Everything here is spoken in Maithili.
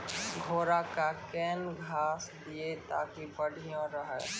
घोड़ा का केन घास दिए ताकि बढ़िया रहा?